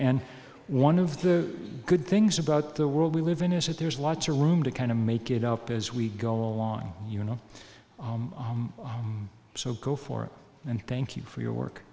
and one of the good things about the world we live in is that there's lots of room to kind of make it up as we go along you know so go for it and thank you for your work